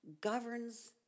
governs